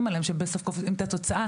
עליהם שהם בסוף קובעים את התוצאה.